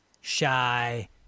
shy